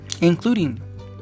including